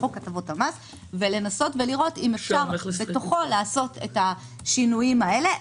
לחוק הטבות המס ולנסות לראות אם אפשר בתוכו לעשות את השינויים האלה.